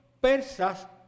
persas